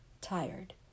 tired